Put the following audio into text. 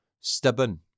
stubborn